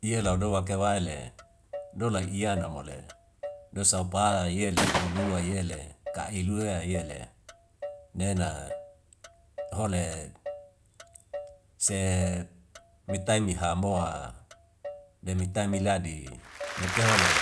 Ie lao doake waile dola iyana mo le dosaupa yele mo lua yele ka iluwa yele nena hole se mi taimi hamoa demi taimi ladi nekewa le